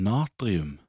Natrium